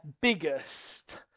biggest